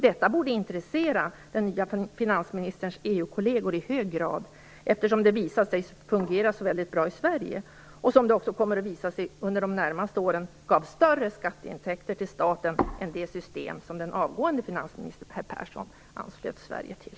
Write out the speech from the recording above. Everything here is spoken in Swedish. Detta borde intressera den nya finansministerns EU-kolleger i hög grad, eftersom det visat sig fungera så bra i Sverige och, vilket kommer att visa sig under de närmaste åren, gav större skatteintäkter till staten än det system som den avgående finansministern Persson anslöt Sverige till.